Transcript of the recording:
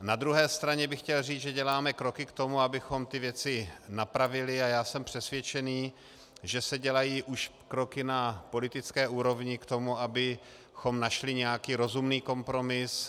Na druhé straně bych chtěl říct, že děláme kroky k tomu, abychom ty věci napravili, a já jsem přesvědčený, že se dělají už kroky na politické úrovni k tomu, abychom našli nějaký rozumný kompromis.